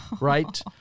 right